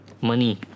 money